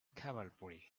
cavalry